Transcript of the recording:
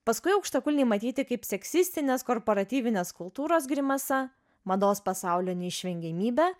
paskui aukštakulniai matyti kaip seksistinės korporatyvinės kultūros grimasa mados pasaulio neišvengiamybe